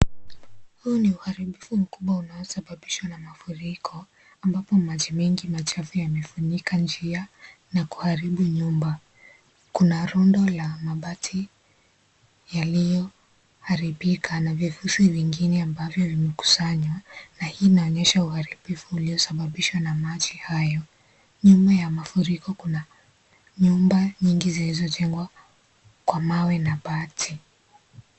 Huu ni uharibifu mkubwa unaosababishwa na mafuriliko. Ambapo mangi machafu yamefunika njia na kuharibu nyumba. Kuna rondu la mabati yaliyoharibika na virusho vingine ambavyo vimekusanywa. Na hii inaonyesha uharibifu uliosababisha na maji hayo. Nyuma ya mafuriko kuna nyumba nyingi zilizojengwa kwa mawe na bati.